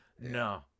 No